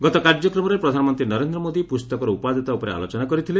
ଗତ କାର୍ଯ୍ୟକ୍ରମରେ ପ୍ରଧାନମନ୍ତ୍ରୀ ନରେଦ୍ର ମୋଦି ପୁସ୍ତକର ଉପାଦେୟତା ଉପରେ ଆଲୋଚନା କରିଥିଲେ